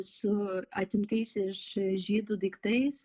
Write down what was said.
su atimtais iš žydų daiktais